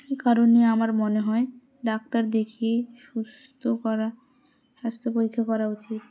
এই কারণে আমার মনে হয় ডাক্তার দেখিয়ে সুস্থ করা স্বাস্থ্য পরীক্ষা করা উচিত